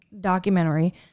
documentary